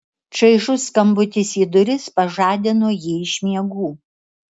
čaižus skambutis į duris pažadino jį iš miegų